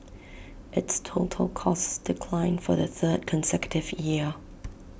its total costs declined for the third consecutive year